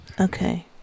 Okay